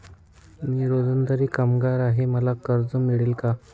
मी रोजंदारी कामगार आहे मला कर्ज मिळेल का?